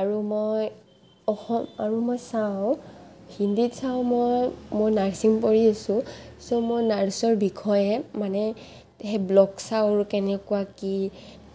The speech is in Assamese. আৰু মই অসম আৰু মই চাওঁ হিন্দীত চাওঁ মই নাৰ্ছিং কৰি আছোঁ ছ' মই নাৰ্ছৰ বিষয়ে মানে সেই ব্লগ চাওঁ আৰু কেনেকুৱা কি